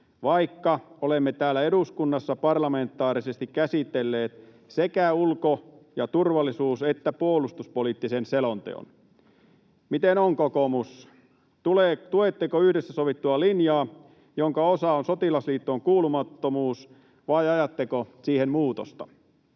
vaikka olemme täällä eduskunnassa parlamentaarisesti käsitelleet sekä ulko- ja turvallisuus- että puolustuspoliittisen selonteon. Miten on, kokoomus, tuetteko yhdessä sovittua linjaa, jonka osa on sotilasliittoon kuulumattomuus, vai ajatteko siihen muutosta?